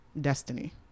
destiny